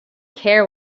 care